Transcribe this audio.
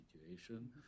situation